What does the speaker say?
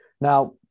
now